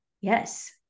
yes